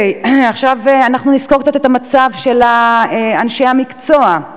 עכשיו נסקור קצת את המצב בתחום אנשי המקצוע.